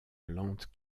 lente